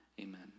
amen